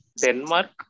Denmark